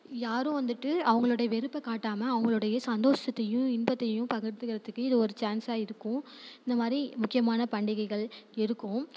யாரும் வந்துட்டு அவங்களுடைய வெறுப்பை காட்டாமல் அவங்களுடைய சந்தோஷத்தையும் இன்பத்தையும் பகிர்ந்துக்குறதுக்கு இது ஒரு சான்சாக இருக்கும் இந்த மாதிரி முக்கியமான பண்டிகைகள் இருக்கும்